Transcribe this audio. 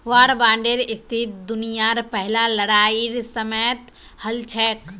वार बांडेर स्थिति दुनियार पहला लड़ाईर समयेत हल छेक